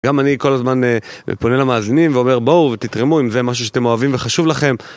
גם אני כל הזמן פונה למאזינים ואומר בואו ותתרמו אם זה משהו שאתם אוהבים וחשוב לכם.